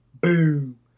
Boom